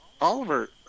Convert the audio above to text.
Oliver